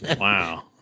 Wow